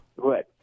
good